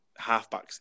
halfbacks